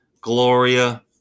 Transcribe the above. Gloria